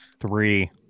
three